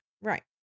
right